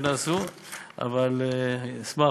אבל אשמח,